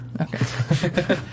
Okay